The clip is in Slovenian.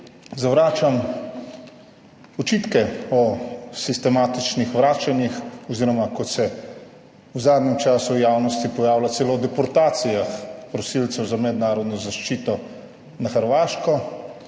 Zavračam očitke o sistematičnih vračanjih, oziroma kot se v zadnjem času v javnosti pojavlja, celo deportacijah prosilcev za mednarodno zaščito na Hrvaško.